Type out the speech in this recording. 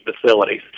facilities